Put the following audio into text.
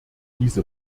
diese